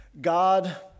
God